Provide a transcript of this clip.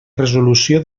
resolució